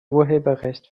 urheberrecht